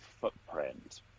footprint